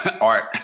art